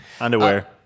underwear